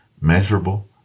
measurable